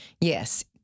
yes